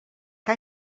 que